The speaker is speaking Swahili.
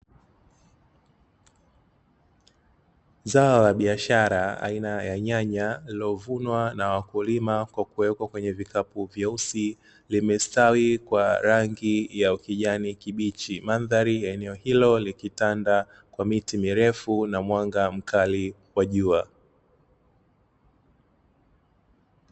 Zao la biashara aina ya nyanya lililo vunwa na wakulima kwa kuwekwa kwenye vikapu vyeusi limestawi kwa rangi ya kijani kibichi, mandhari ya eneo hilo ikitanda kwa miti mirefu na mwanga mkali wa jua.